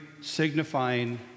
signifying